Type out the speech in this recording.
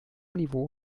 niveau